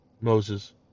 Moses